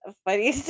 funny